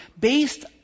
based